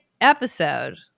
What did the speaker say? episode